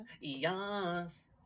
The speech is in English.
Yes